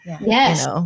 Yes